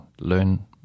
learn